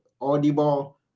Audible